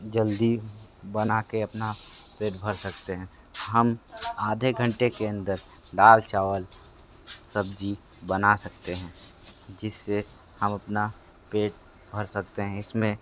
जल्दी बना कर अपना पेट भर सकते हैं हम आधे घंटे के अंदर दाल चावल सब्जी बना सकते हैं जिससे हम अपना पेट भर सकते हैं इसमें